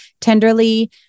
tenderly